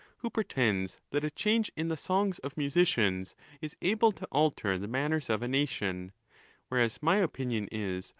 who pretends that a change in the songs of musicians is able to alter the manners of a nation whereas my opinion is,